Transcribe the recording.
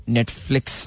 Netflix